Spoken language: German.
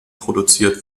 produziert